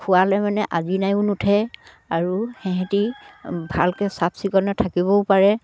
খোৱালে মানে আৰ্জিনাই নুঠে আৰু সিহঁতে ভালকে চাফ চিকুণে থাকিব পাৰে